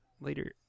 later